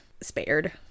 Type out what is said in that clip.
spared